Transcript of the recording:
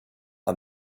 and